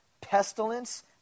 pestilence